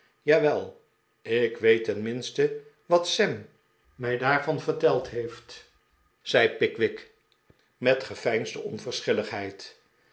jawel ik weet tenminste wat sam mij daarvan verteld heeft zei pickwick met geveinsde onverschilligheid